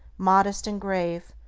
modest and grave,